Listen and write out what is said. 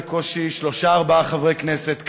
בקושי שלושה-ארבעה חברי כנסת,